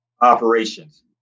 operations